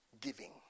giving